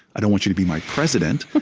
i don't want you to be my president,